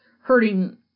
hurting